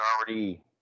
already